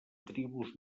tribus